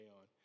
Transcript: on